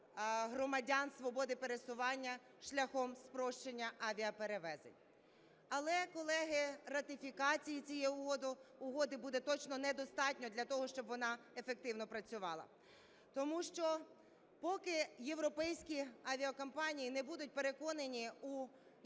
громадян свободи пересування шляхом спрощення авіаперевезень. Але, колеги, ратифікації цієї угоди буде точно недостатньо для того, щоб вона ефективно працювала. Тому що, поки європейські авіакомпанії не будуть переконані у якості